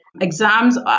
exams